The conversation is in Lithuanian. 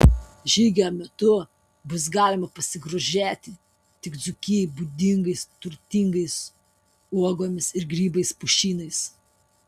žygio metu bus galima pasigrožėti tik dzūkijai būdingais turtingais uogomis ir grybais pušynais